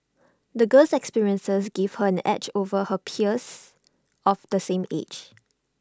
the girl's experiences gave her an edge over her peers of the same age